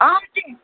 अँ त्यही